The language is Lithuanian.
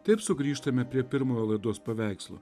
taip sugrįžtame prie pirmojo laidos paveikslo